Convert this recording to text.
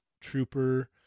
Trooper